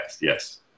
Yes